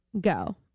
Go